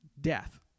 death